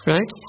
Right